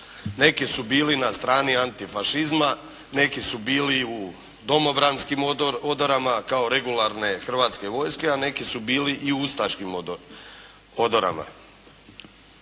Neki su bili na strani antifašizma, neki su bili u domobranskim odorama kao regularne Hrvatske vojske, a neki su bili i u ustaškim odorama.